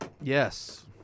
Yes